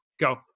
Go